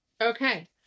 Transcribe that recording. Okay